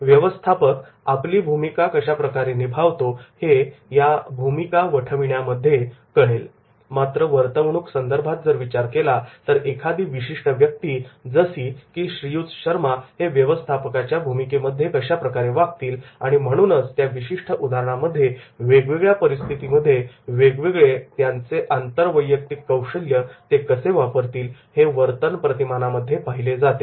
मॅव्यवस्थापक आपली भूमिका कशा प्रकारे निभावतो हे रोल प्ले मध्ये कळेल मात्र वर्तवणूक संदर्भात जर विचार केला तर एखादी विशिष्ट व्यक्ती जशी की श्रीयुत शर्मा हेव्यवस्थापकाच्या भूमिकेमध्ये कशा प्रकारे वागतील आणि म्हणूनच त्या विशिष्ट उदाहरणांमध्ये वेगवेगळ्या परिस्थितीमध्ये वेगवेगळे त्यांचे आंतरवैयक्तिक कौशल्य ते कसे वापरतील हे वर्तन प्रतिमानामध्ये पाहिले जाते